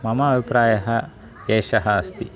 मम अभिप्रायः एषः अस्ति